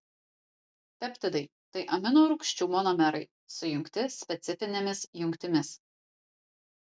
peptidai tai amino rūgčių monomerai sujungti specifinėmis jungtimis